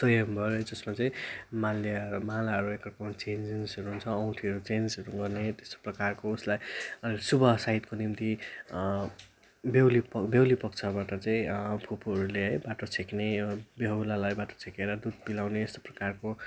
स्वयम्वर जसमा चाहिँ माल्य मालाहरू एकाअर्कामा चेन्जेसहरू हुन्छ औँठीहरू चेन्जहरू गर्ने त्यस्तो प्रकारको उसलाई शुभ साइतको निम्ति बेहुली बेहुली पक्षबाट चाहिँ फुपूहरूले है बाटो छेक्ने बेहुलालाई बाटो छेकेर दुध पियाउने यस्तो प्रकारको